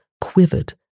quivered